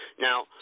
Now